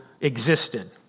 existed